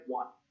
one